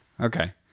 okay